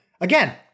again